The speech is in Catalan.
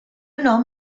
nom